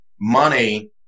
money